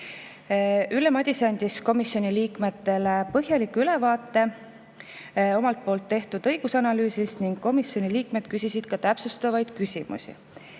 Ülle Madise andis komisjoni liikmetele põhjaliku ülevaate omalt poolt tehtud õigusanalüüsist ning komisjoni liikmed küsisid ka täpsustavaid küsimusi.